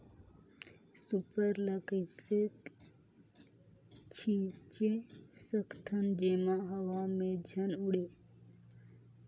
Super ल कइसे छीचे सकथन जेमा हवा मे झन उड़े?